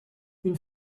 une